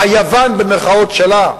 ה"יוון" שלה,